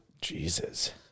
Jesus